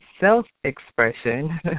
Self-expression